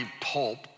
pulp